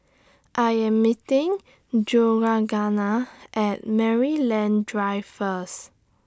I Am meeting Georgianna At Maryland Drive First